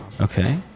Okay